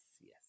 yes